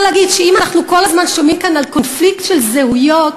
הם מדברים על הח'ליפות האסלאמית שעומדת לקום ובירתה ירושלים.